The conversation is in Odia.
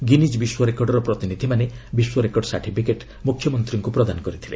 ଗିନିଜ୍ ବିଶ୍ୱରେକର୍ଡ଼ର ପ୍ରତିନିଧ୍ୟମାନେ ବିଶ୍ୱରେକର୍ଡ଼ ସାର୍ଟିଫିକେଟ୍ ମୁଖ୍ୟମନ୍ତ୍ରୀଙ୍କୁ ପ୍ରଦାନ କରିଥିଲେ